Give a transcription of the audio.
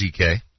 ZK